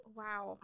wow